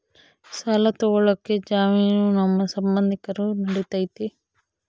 ಸಾಲ ತೊಗೋಳಕ್ಕೆ ಜಾಮೇನು ನಮ್ಮ ಸಂಬಂಧಿಕರು ನಡಿತೈತಿ?